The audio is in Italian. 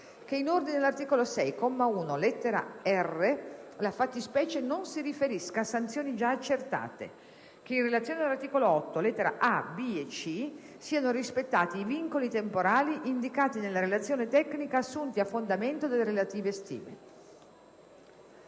che, in ordine all'articolo 6, comma 1, lettera *r),* la fattispecie non si riferisca a sanzioni già accertate; - che in relazione all'articolo 8, lettere *a), b)* e *c),* siano rispettati i vincoli temporali indicati nella relazione tecnica assunti a fondamento delle relative stime».